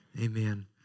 amen